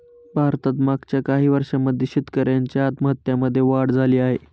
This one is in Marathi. भारतात मागच्या काही वर्षांमध्ये शेतकऱ्यांच्या आत्महत्यांमध्ये वाढ झाली आहे